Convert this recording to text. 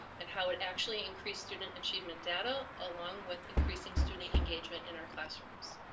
and how it actually increased student achievement data, along with increasing student engagement in our classrooms.